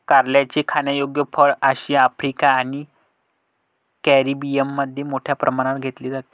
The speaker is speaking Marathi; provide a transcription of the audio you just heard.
कारल्याचे खाण्यायोग्य फळ आशिया, आफ्रिका आणि कॅरिबियनमध्ये मोठ्या प्रमाणावर घेतले जाते